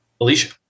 alicia